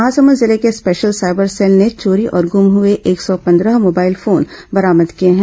महासमुंद जिले के special cyber cell ने चोरी और गुम हुए एक सौ पंद्रह मोबाइल फोन बरामद किए हैं